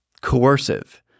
coercive